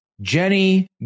Jenny